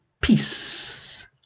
peace